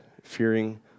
fearing